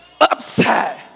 upside